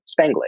Spanglish